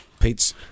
Pete's